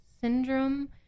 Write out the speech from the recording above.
syndrome